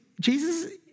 Jesus